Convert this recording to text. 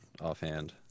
offhand